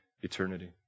eternity